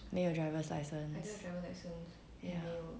没有 driver's license